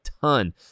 ton